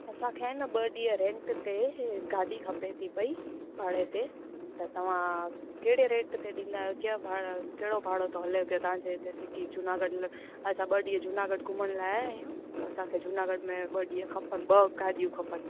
असांखे न ॿ ॾींहं रेंट ते ॻाॾी खपे थी पई भाड़े ते त तव्हां कहिड़े रेट ते ॾींदा आहियो कीअं भाड़ा कहिड़ो भाड़ो थो हले पियो तव्हांजे हिते सिटी जूनागढ़ ल असां ॿ ॾींहं जूनागढ़ घुमण लाइ आया आहियूं त असांखे जूनागढ़ में ॿ ॾींहं खपनि ॿ ॻाॾियूं खपनि